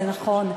זה נכון,